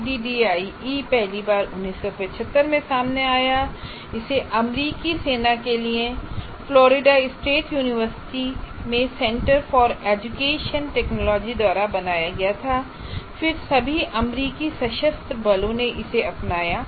ADDIE पहली बार 1975 में सामने आयाI इसे अमेरिकी सेना के लिए फ्लोरिडा स्टेट यूनिवर्सिटी में सेंटर फॉर एजुकेशनल टेक्नोलॉजी द्वारा बनाया गया था और फिर सभी अमेरिकी सशस्त्र बलों ने इसे अपनाया